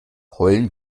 heulen